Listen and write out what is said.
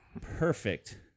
perfect